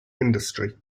industry